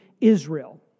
Israel